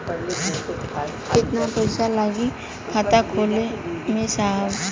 कितना पइसा लागि खाता खोले में साहब?